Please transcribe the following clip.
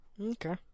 Okay